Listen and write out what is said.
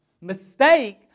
mistake